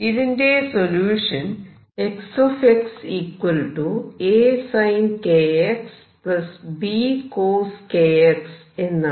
ഇതിന്റെ solution X AsinkxBcoskx എന്നാണ്